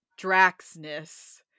draxness